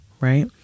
right